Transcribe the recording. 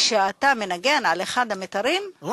כשאתה מנגן על אחד המיתרים,